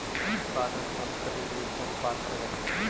Car ऋण प्राप्त करने के लिए कौन पात्र है?